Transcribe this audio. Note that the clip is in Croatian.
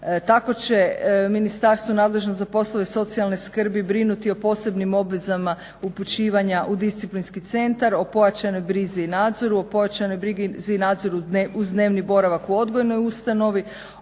Tako će ministarstvo nadležno za poslove socijalne skrbi brinuti o posebnim obvezama upućivanja u disciplinski centar, o pojačanoj brizi i nadzoru, o pojačanoj brizi i nadzoru uz dnevni boravak u odgojnoj ustanovi,